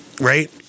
right